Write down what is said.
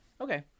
Okay